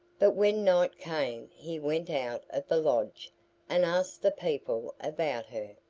but when night came he went out of the lodge and asked the people about her.